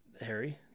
harry